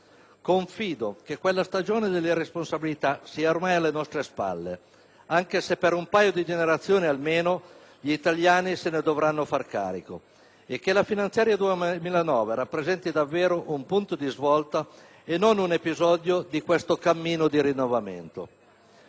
Confido che quella stagione della irresponsabilità sia ormai alle nostre spalle - anche se per un paio di generazioni almeno gli italiani se ne dovranno far carico - e che la finanziaria 2009 rappresenti davvero un punto di svolta e non un episodio di questo cammino di rinnovamento.